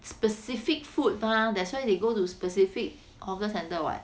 specific food mah that's why they go to specific hawker centre [what]